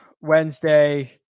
Wednesday